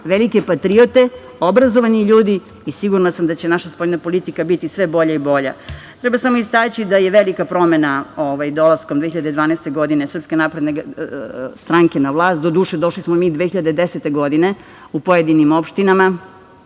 velike patriote, obrazovani ljudi i sigurna sam da će naša spoljna politika biti sve bolja i bolja. Treba samo istaći da je velika promena dolaskom 2012. godine SNS, doduše došli smo mi 2010. godine u pojedinim opštinama,